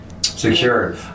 Secure